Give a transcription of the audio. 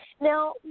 Now